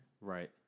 Right